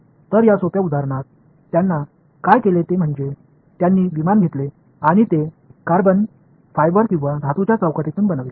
तर या सोप्या उदाहरणात त्यांनी काय केले ते म्हणजे त्यांनी विमान घेतले आणि ते कार्बन फायबर किंवा धातूच्या चौकटीतून बनवले